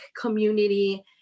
community